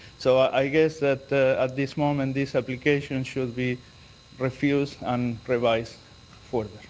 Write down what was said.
so i guess that at this moment, this application and should be refused and revised further.